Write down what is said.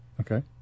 Okay